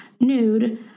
nude